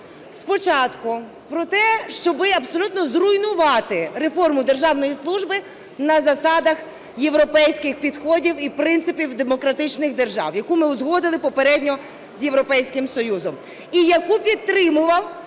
спочатку про те, щоб абсолютно зруйнувати реформу державної служби на засадах європейських підходів і принципів демократичних держав, яку ми узгодили попередньо з Європейським Союзом, і яку підтримував